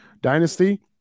dynasty